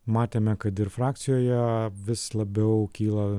matėme kad ir frakcijoje vis labiau kyla